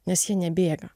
nes jie nebėga